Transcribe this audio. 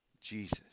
Jesus